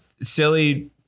silly